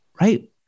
right